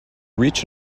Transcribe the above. reach